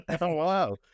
Wow